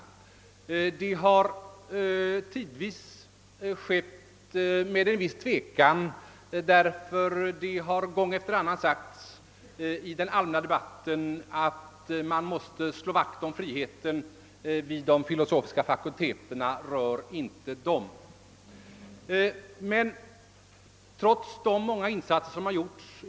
Tidvis har detta skett med en viss tvekan, därför att det gång efter annan i den allmänna debatten har sagts att man måste slå vakt om friheten vid dessa fakulteter. Rör inte dem! Men jag vill i detta sammanhang erinra om de många insatser som gjorts.